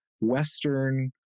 Western